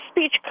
speech